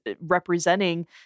representing